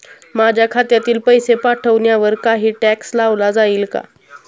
माझ्या खात्यातील पैसे पाठवण्यावर काही टॅक्स लावला जाईल का?